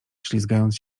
ślizgając